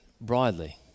broadly